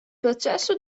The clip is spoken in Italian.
processo